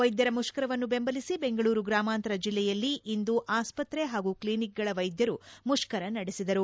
ವೈದ್ಯರ ಮುಷ್ಕರವನ್ನು ಬೆಂಬಲಿಸಿ ಬೆಂಗಳೂರು ಗ್ರಾಮಾಂತರ ಜಿಲ್ಲೆಯಲ್ಲಿಂದು ಆಸ್ಪತ್ರೆ ಹಾಗೂ ಕ್ಲಿನಿಕ್ಗಳ ವೈದ್ಯರು ಮುಷ್ಕರ ನಡೆಸಿದರು